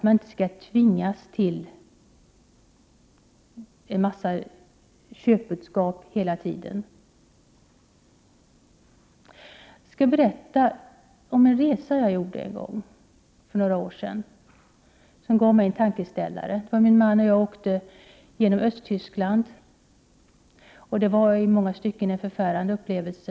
Man skall inte tvingas att hela tiden motta en mängd köpbudskap. Jag skall berätta om en resa som jag för några år sedan gjorde och som gav mig en tankeställare. Min man och jag åkte genom Östtyskland. Det var i många stycken en förfärande upplevelse.